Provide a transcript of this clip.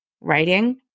writing